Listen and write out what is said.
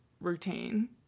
routine